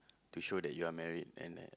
to show that you're married and that